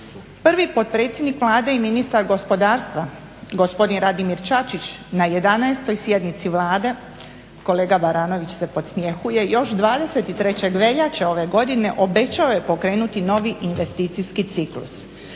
Prvi potpredsjednik Vlade i ministar gospodarstva gospodin Radimir Čačić na 11. sjednici Vlade, kolega Baranović se podsmjehuje, još 23. veljače ove godine obećao je pokrenuti novi investicijski ciklus,